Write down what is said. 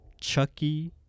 Chucky